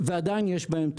ועדיין יש בהם תאונות.